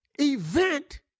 Event